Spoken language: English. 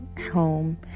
home